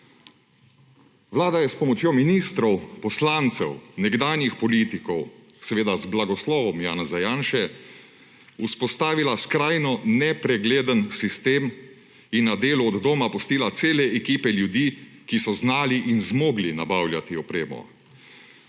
Vlada je s pomočjo ministrov, poslancev, nekdanjih politikov, seveda z blagoslovom Janeza Janše, vzpostavila skrajno nepregleden sistem in na delu od doma pustila cele ekipe ljudi, ki so znali in zmogli nabavljati opremo.